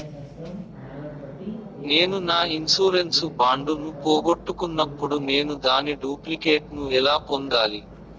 నేను నా insurance bond ను పోగొట్టుకున్నప్పుడు నేను దాని డూప్లికేట్ ను ఎలా పొందాలి?